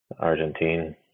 Argentine